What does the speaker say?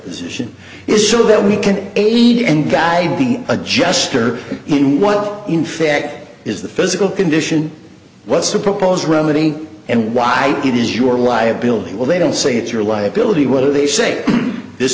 deposition is so that we can aid and value the adjuster in what in fact is the physical condition what's the proposed remedy and why it is your liability well they don't say it's your liability what do they say this